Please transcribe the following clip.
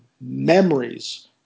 memories